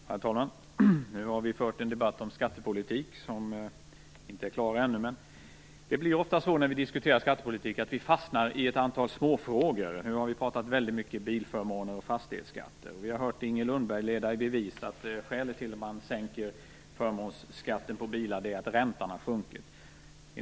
Herr talman! Nu har vi fört en debatt om skattepolitik, och är inte färdiga ännu. När vi diskuterar skattepolitik fastnar vi ofta i ett antal småfrågor. Vi har pratat mycket bilförmåner och fastighetsskatter. Vi har hört Inger Lundberg leda i bevis att skälet till att man sänker förmånsskatten på bilar är att räntan har sjunkit.